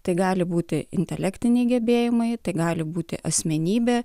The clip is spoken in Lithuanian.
tai gali būti intelektiniai gebėjimai tai gali būti asmenybė